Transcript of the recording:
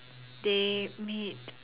they made